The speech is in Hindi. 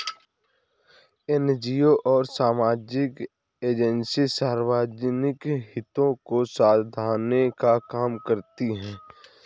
एनजीओ और सामाजिक एजेंसी सार्वजनिक हितों को साधने का काम करती हैं